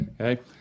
Okay